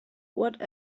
what